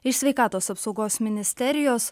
iš sveikatos apsaugos ministerijos